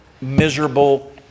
miserable